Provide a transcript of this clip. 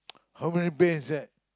how many bear inside